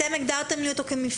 אתם הגדרתם לי אותו כמפלסים.